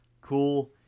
cool